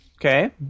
okay